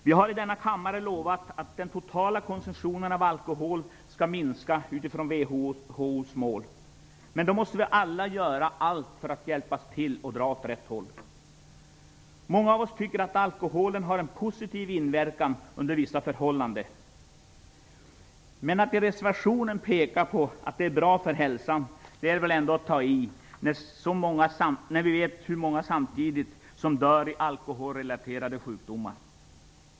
Vi har i denna kammare lovat att den totala konsumtionen av alkohol skall minska utifrån WHO:s mål, men då måste vi alla göra allt för att hjälpa till och dra åt rätt håll. Många av oss tycker att alkoholen har en positiv inverkan under vissa förhållanden. Men att i reservationen peka på att det är bra för hälsan är väl ändå att ta i, när vi samtidigt vet hur många som dör i alkoholrelaterade sjukdomar.